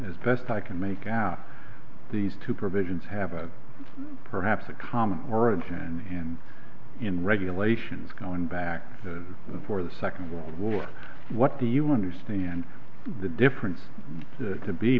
as best i can make out these two provisions have a perhaps a common origin and in regulations going back to the poor the second world war what do you understand the difference to be